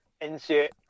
insert